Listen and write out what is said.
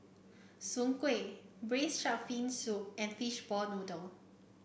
Soon Kway Braised Shark Fin Soup and Fishball Noodle